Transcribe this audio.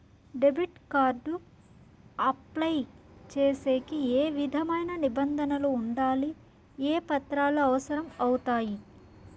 Debit card apply సేసేకి ఏ విధమైన నిబంధనలు ఉండాయి? ఏ పత్రాలు అవసరం అవుతాయి?